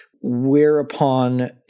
whereupon